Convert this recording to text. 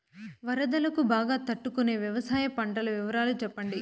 వరదలకు బాగా తట్టు కొనే వ్యవసాయ పంటల వివరాలు చెప్పండి?